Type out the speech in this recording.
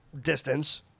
distance